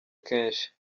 kenshi